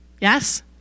Yes